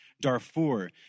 Darfur